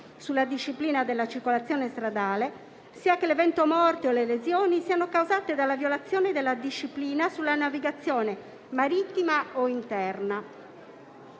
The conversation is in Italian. sulla disciplina della circolazione stradale sia che l'evento morte o le lesioni siano causati dalla violazione della disciplina sulla navigazione marittima o interna.